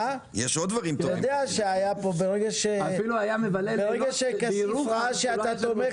ברגע שחבר הכנסת כסיף ראה שהוא תומך